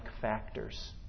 factors